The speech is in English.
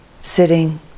Sitting